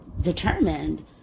determined